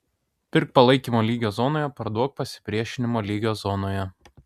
pirk palaikymo lygio zonoje parduok pasipriešinimo lygio zonoje